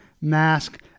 Mask